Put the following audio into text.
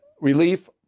relief